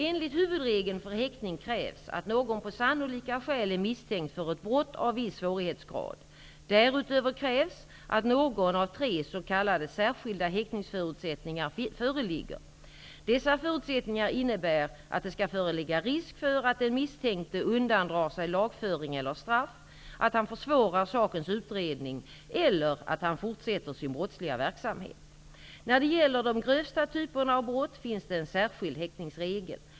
Enligt huvudregeln för häktning krävs att någon på sannolika skäl är misstänkt för ett brott av viss svårighetsgrad. Därutöver krävs att någon av tre s.k. särskilda häktningsförutsättningar föreligger. Dessa förutsättningar innebär att det skall föreligga risk för att den misstänkte undandrar sig lagföring eller straff, att han försvårar sakens utredning eller att han fortsätter sin brottsliga verksamhet. När det gäller de grövsta typerna av brott finns det en särskild häktningsregel.